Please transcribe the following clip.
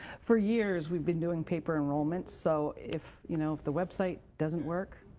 for years, we've been doing paper enrollment, so if you know if the website doesn't work,